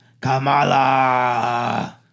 Kamala